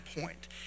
point